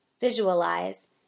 visualize